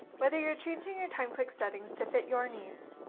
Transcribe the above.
whether you're changing your timeclick settings to fit your needs,